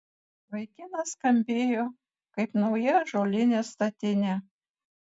vaikinas skambėjo kaip nauja ąžuolinė statinė